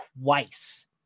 twice